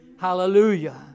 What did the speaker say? Hallelujah